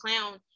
clown